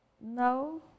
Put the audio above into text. No